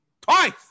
twice